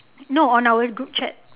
no on our group chat